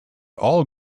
all